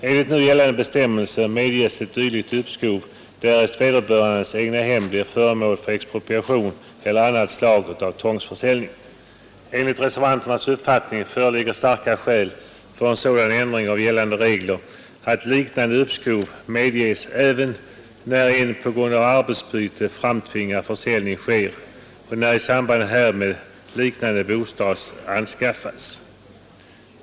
Enligt nu gällande bestämmelser medges ett dylikt uppskov därest vederbörandes egnahem blir föremål för expropriation eller annat slag av tvångsförsäljning. Enligt reservanternas uppfattning föreligger starka skäl för en sådan ändring av gällande regler att liknande uppskov medges även när en på grund av arbetsbyte framtvingad försäljning sker och när i samband härmed liknande bostad skaffas.